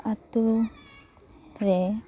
ᱟᱛᱳ ᱨᱮ